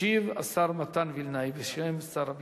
ישיב השר מתן וילנאי, בשם שר הביטחון.